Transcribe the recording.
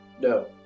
No